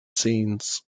scenes